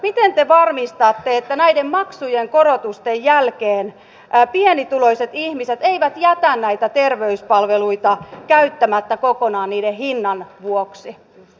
miten te varmistatte että näiden maksujen korotusten jälkeen pienituloiset ihmiset eivät jätä näitä terveyspalveluita käyttämättä kokonaan niiden hinnan vuoksi